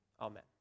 amen